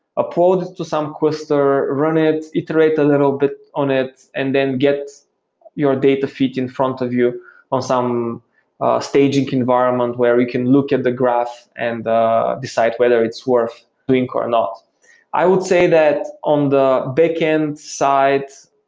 upload it to some quester, run it, iterate a little bit on it and then get your data feed in front of you on some staging environment, where you can look at the graph and decide whether it's worth doing or not i would say that on the backend side,